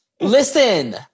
Listen